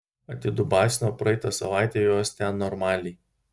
atidubasino praeitą savaitę juos ten normaliai